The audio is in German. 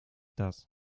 das